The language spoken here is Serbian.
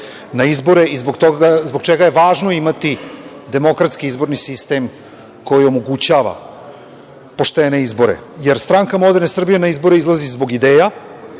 na izbore i zbog čega je važno imati demokratski izborni sistem koji omogućava poštene izbore. Stranka Moderne Srbije na izbore izlazi zbog ideja,